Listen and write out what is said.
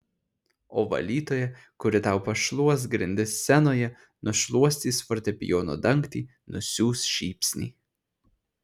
o valytoja kuri tau pašluos grindis scenoje nušluostys fortepijono dangtį nusiųs šypsnį